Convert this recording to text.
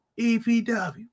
EPW